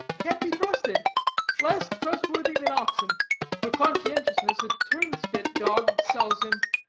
can't be trusted less trustworthy than oxen for conscientiousness a turn-spit dog excels him.